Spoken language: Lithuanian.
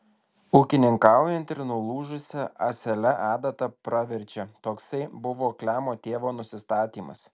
ūkininkaujant ir nulūžusia ąsele adata praverčia toksai buvo klemo tėvo nusistatymas